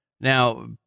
now